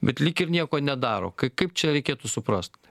bet lyg ir nieko nedaro kaip kaip čia reikėtų suprast